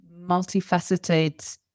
multifaceted